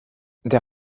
der